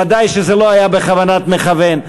ודאי שזה לא היה בכוונת מכוון.